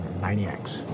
maniacs